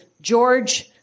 George